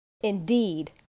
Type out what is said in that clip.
indeed